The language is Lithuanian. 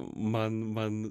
man man